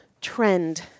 trend